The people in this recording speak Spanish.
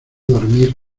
dormir